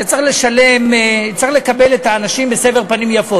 כשצריך לשלם, צריך לקבל את האנשים בסבר פנים יפות.